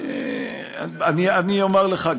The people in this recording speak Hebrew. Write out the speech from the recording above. אני אומר לך,